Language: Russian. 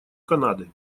канады